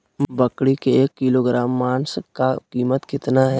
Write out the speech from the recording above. बकरी के एक किलोग्राम मांस का कीमत कितना है?